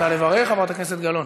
את רוצה לברך, חברת הכנסת גלאון?